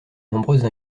nombreuses